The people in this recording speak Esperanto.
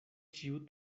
ĉiu